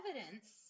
evidence